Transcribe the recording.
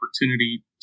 opportunity